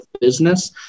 business